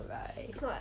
right